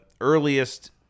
earliest